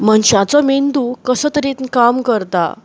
मनशाचो मेंदू कशे तरेन काम करता